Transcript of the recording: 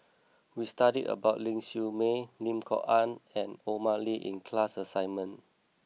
we studied about Ling Siew May Lim Kok Ann and Omar Ali in class assignment